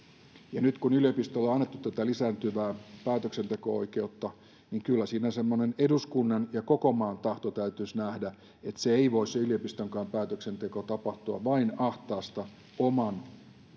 ja nyt kun yliopistoille on annettu lisääntyvää päätöksenteko oikeutta niin kyllä siinä semmoinen eduskunnan ja koko maan tahto täytyisi nähdä että se yliopistonkaan päätöksenteko tapahtua vain ahtaasta oman